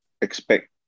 expect